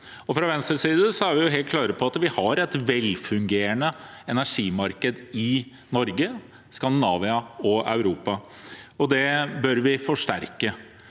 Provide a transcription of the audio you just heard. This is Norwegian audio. Fra Venstres side er vi helt klare på at vi har et velfungerende energimarked i Norge, Skandinavia og Europa, og det bør vi forsterke.